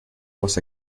was